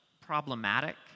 problematic